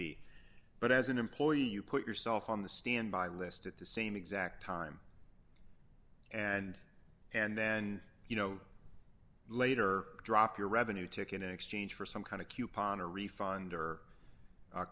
be but as an employee you put yourself on the standby list at the same exact time and and then you know later drop your revenue ticket in exchange for some kind of coupon or refund or